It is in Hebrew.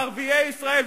ערביי ישראל,